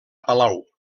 palau